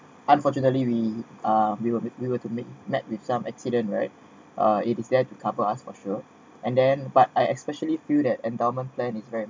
unfortunately we uh we will be able to make met with some accident right uh it is there to cover us for sure and then but I especially feel that endowment plan is very